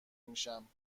میشم